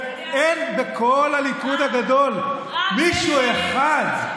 אין בכל הליכוד הגדול מישהו אחד,